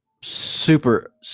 super